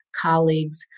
colleagues